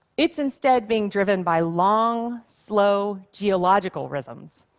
it's instead being driven by long, slow geological rhythms.